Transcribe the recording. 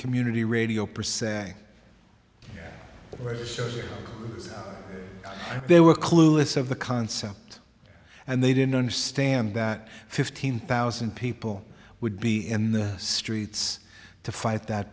community radio percent where they were clueless of the concept and they didn't understand that fifteen thousand people would be in the streets to fight that